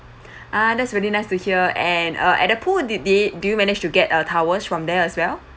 ah that's really nice to hear and uh at the pool did they do you manage to get a towel from there as well